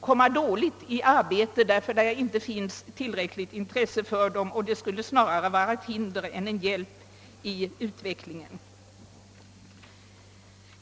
komma dåligt i arbete, därför att det inte finns tillräckligt intresse för dem. Det skulle snarare vara till hinder än till hjälp i utvecklingen.